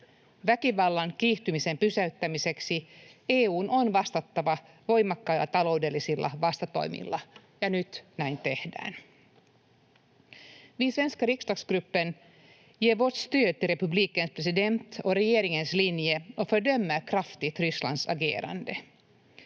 Väkivallan kiihtymisen pysäyttämiseksi EU:n on vastattava voimakkailla taloudellisilla vastatoimilla, ja nyt näin tehdään. Vi i svenska riksdagsgruppen ger vårt stöd till republikens president och regeringens linje och fördömer kraftigt Rysslands agerande.